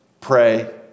pray